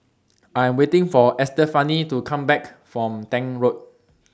I Am waiting For Estefani to Come Back from Tank Road